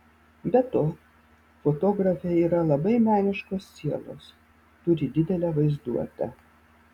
be to fotografė yra labai meniškos sielos turi didelę vaizduotę